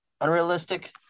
Unrealistic